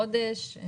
בחודש.